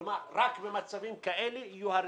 כלומר, רק במצבים כאלה יהיו הריסות.